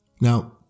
Now